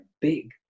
big